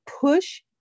push